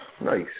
Nice